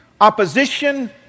opposition